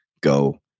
go